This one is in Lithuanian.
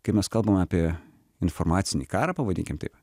kai mes kalbam apie informacinį karą pavadinkim taip